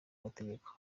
mategeko